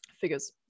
figures